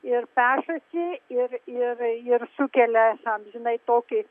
ir pešasi ir ir ir sukelia amžinai tokį